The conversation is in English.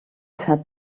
fed